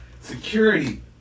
Security